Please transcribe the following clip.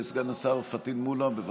נתון קטן, בחטיבות הביניים בישראל לומדים היום